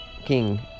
King